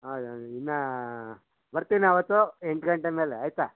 ಇನ್ನು ಬರ್ತೀನಿ ಅವತ್ತು ಎಂಟು ಗಂಟೆ ಮೇಲೆ ಆಯಿತಾ